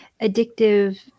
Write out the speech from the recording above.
addictive